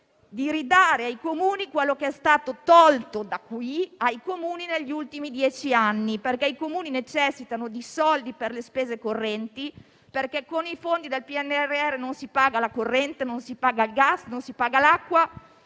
di ridare ai Comuni quello che è stato loro tolto negli ultimi dieci anni. I Comuni necessitano di soldi per le spese correnti, perché con i fondi del PNRR non si paga la corrente, non si paga il gas, non si paga l'acqua,